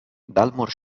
dalmor